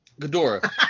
Ghidorah